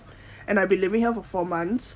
and I've been living here for four months